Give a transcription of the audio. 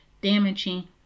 damaging